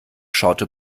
schaute